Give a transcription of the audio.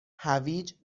هویج